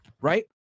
right